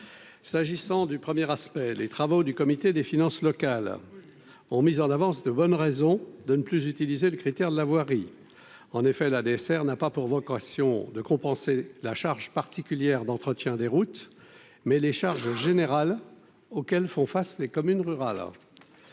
s'agissant du premier aspect, les travaux du comité des finances locales ont mis en avance de bonnes raisons de ne plus utiliser le critère de la voirie en effet la dessert n'a pas pour vocation de compenser la charge particulière d'entretien des routes, mais les charges générales auxquelles font face les communes rurales,